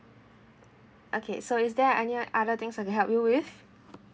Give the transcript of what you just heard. okay so is there any other things I can help you with